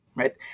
right